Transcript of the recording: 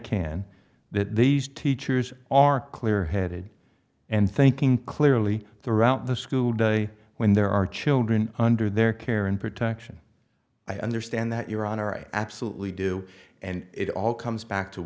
can that these teachers are clear headed and thinking clearly throughout the school day when there are children under their care and protection i understand that your honor i absolutely do and it all comes back to